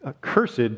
Cursed